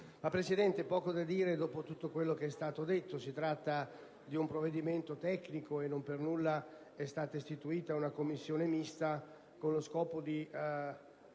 Presidente, ho poco da aggiungere, dopo tutto quello che è stato detto. Si tratta di un provvedimento tecnico e, non per nulla, è stata istituita una Commissione mista con lo scopo di